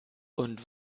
und